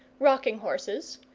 rocking-horses,